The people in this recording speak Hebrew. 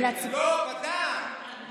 עד שהם מגיעים אליהם.